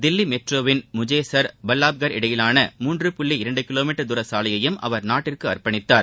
தில்லி மெட்ரோவின் முசேஜர் பல்லப்கார் இடையிலான மூன்று புள்ளி இரண்டு கிவோ மீட்டர் தூர சாலையையும் அவர் நாட்டிற்கு அர்ப்பணித்தார்